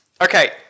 Okay